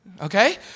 Okay